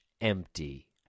empty